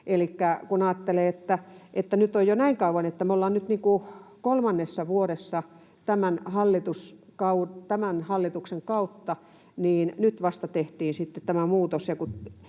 kun ajattelee, että nyt on jo näin kauan mennyt, että me ollaan kolmannessa vuodessa tämän hallituksen kautta, ja nyt vasta tehtiin sitten tämä muutos.